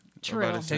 True